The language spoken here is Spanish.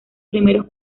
primeros